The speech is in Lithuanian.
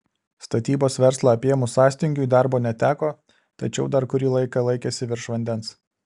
statybos verslą apėmus sąstingiui darbo neteko tačiau dar kurį laiką laikėsi virš vandens